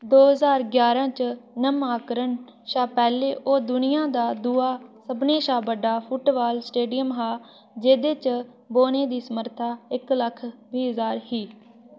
दो ज्हार ग्यारां च नमांकरण शा पैह्लें ओह् दुनिया दा दूआ सभनें शा बड्डा फुटबाल स्टेडियम हा जेह्दे च बौह्ने दी समर्था इक लक्ख बीह् ज्हार ही